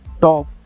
top